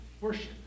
worship